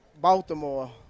baltimore